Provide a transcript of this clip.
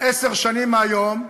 עשר שנים מהיום,